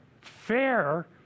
Fair